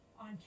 on